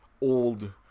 old